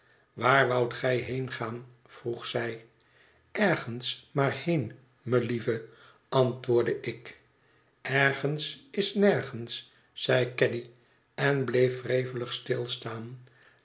waar woudt gij heengaan vroeg zij ergens maar heen melieve antwoordde ik ergens is nergens zeide caddy en bleef wrevelig stilstaan